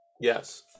yes